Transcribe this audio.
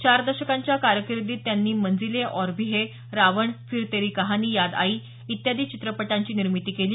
चार दशकांच्या कारकीर्दीत त्यांनी मंजिले और भी है रावण फिर तेरी कहानी याद आई इत्यादी चित्रपटांची निर्मिती केली